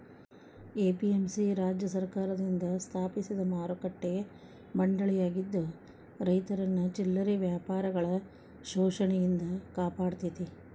APMC ರಾಜ್ಯ ಸರ್ಕಾರದಿಂದ ಸ್ಥಾಪಿಸಿದ ಮಾರುಕಟ್ಟೆ ಮಂಡಳಿಯಾಗಿದ್ದು ರೈತರನ್ನ ಚಿಲ್ಲರೆ ವ್ಯಾಪಾರಿಗಳ ಶೋಷಣೆಯಿಂದ ಕಾಪಾಡತೇತಿ